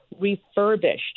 refurbished